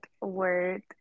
word